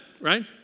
Right